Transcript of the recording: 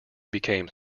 became